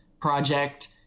project